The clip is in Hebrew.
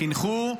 חינכו,